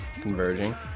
converging